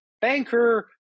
banker